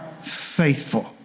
faithful